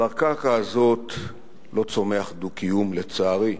על הקרקע הזאת לא צומחים, לצערי,